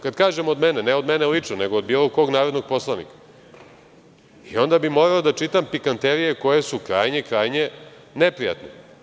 Kada kažem, od mene, ne od mene lično, nego od bilo kog narodnog poslanika i onda bi morao da čitam pikanterije koje su krajnje neprijatne.